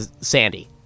Sandy